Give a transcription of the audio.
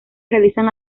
realizan